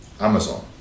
Amazon